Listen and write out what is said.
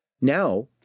Now